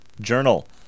journal